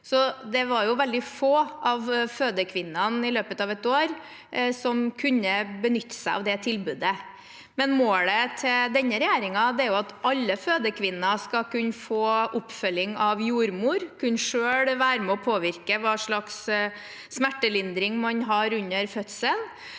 Det var veldig få av fødekvinnene i løpet av et år som kunne benytte seg av det tilbudet. Målet til denne regjeringen er at alle fødekvinner skal kunne få oppfølging av jordmor og selv kunne være med på å påvirke hva slags smertelindring man vil ha under fødselen.